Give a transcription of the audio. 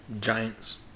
Giants